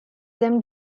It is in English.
them